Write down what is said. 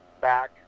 back